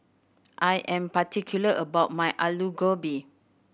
I am particular about my Alu Gobi